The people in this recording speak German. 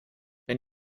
wenn